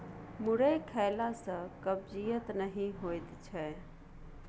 मुरइ खेला सँ कब्जियत नहि होएत छै